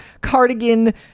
cardigan